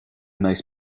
most